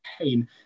pain